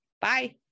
bye